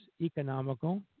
economical